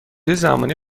زمانی